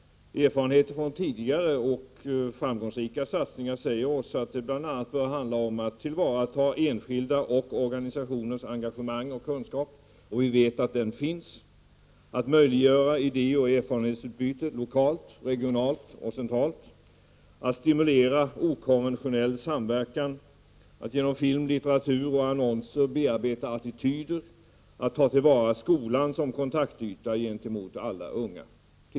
Erfarenheter av tidigare framgångsrika satsningar säger oss att det bl.a. bör handla om att man tillvaratar det engagemang och den kunskap som vi vet finns när det gäller både enskilda och organisationer. Vidare gäller det att möjliggöra ett idé och erfarenhetsutbyte lokalt, regionalt och centralt, att stimulera okonventionell samverkan, att genom film, litteratur och annonser bearbeta attityder, att ta till vara de möjligheter som skolan som kontaktyta erbjuder alla unga etc.